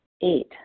eight